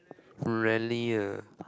friendly ah